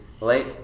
Late